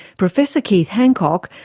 professor keith hancock,